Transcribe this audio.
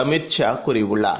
அ மித்ஷாகூறியுள்ளார்